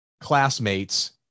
classmates